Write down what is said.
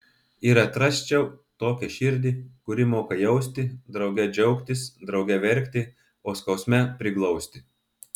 ir atrasčiau tokią širdį kuri moka jausti drauge džiaugtis drauge verkti o skausme priglausti